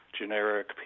generic